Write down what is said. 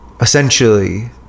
essentially